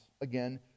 again